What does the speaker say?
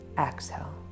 Exhale